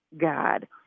God